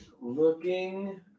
Looking